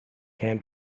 can